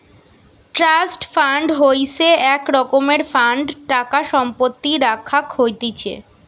trust fund হইসে এক রকমের ফান্ড টাকা সম্পত্তি রাখাক হতিছে